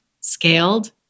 scaled